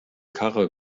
karre